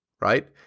Right